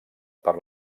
per